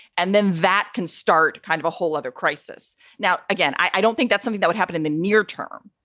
and then that can start kind of a whole other crisis. now, again, i don't think that's something that would happen in the near term.